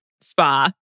spa